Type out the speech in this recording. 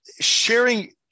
sharing